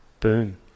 Boom